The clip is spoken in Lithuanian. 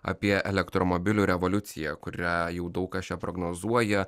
apie elektromobilių revoliuciją kurią jau daug kas čia prognozuoja